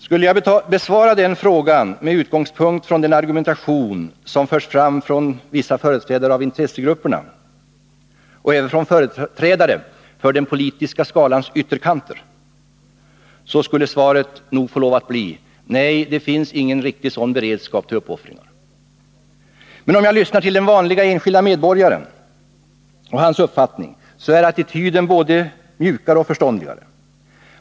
Skulle jag besvara den frågan med utgångspunkt från den argumentation som förs fram av vissa företrädare för intressegrupperna och även av företrädare för den politiska skalans ytterkanter, så skulle mitt svar nog få lov att bli: ”Nej, det finns ingen beredvillighet för uppoffringar.” Men om jag lyssnar till den vanliga enskilda medborgarens uppfattning, så finner jag att attityden är både mjukare och förståndigare.